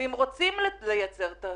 אם רוצים לייצר תחרות,